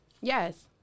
Yes